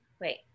wait